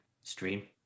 stream